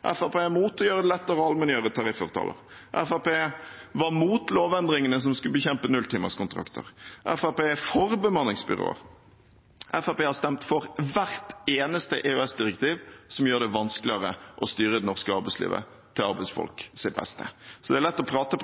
er imot å gjøre det lettere å allmenngjøre tariffavtaler. Fremskrittspartiet var imot lovendringene som skulle bekjempe nulltimerskontrakter. Fremskrittspartiet er for bemanningsbyråer. Fremskrittspartiet har stemt for hvert eneste EØS-direktiv som gjør det vanskeligere å styre det norske arbeidslivet til arbeidsfolks beste. Det er lett å prate,